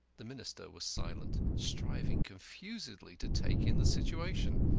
the minister was silent, striving confusedly to take in the situation.